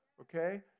okay